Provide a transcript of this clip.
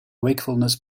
wakefulness